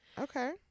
okay